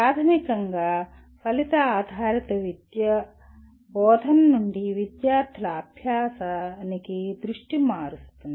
ప్రాథమికంగా ఫలిత ఆధారిత విద్య బోధన నుండి విద్యార్థుల అభ్యాసానికి దృష్టిని మారుస్తుంది